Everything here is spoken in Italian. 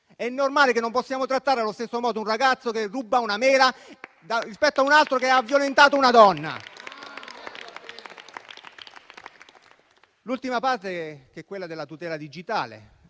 è normale che non possiamo trattare allo stesso modo un ragazzo che ruba una mela rispetto a un altro che ha violentato una donna. L'ultima parte è quella della tutela digitale: